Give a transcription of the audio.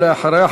ואחריה,